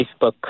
Facebook